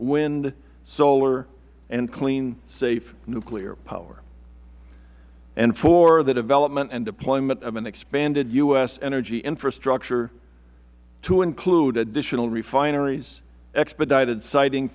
wind solar and clean safe nuclear power and four the development and deployment of an expanded u s energy infrastructure to include additional refineries expedited siting